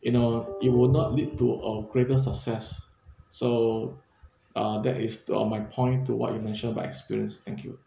you know it will not lead to a greater success so uh that is to on my point to what you mentioned by experience thank you